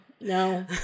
no